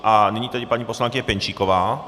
A nyní tedy paní poslankyně Pěnčíková.